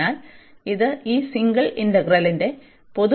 അതിനാൽ ഇത് ഈ സിംഗിൾ ഇന്റഗ്രലിന്റെ പൊതുവായ പ്രോപ്പർട്ടിയാണ്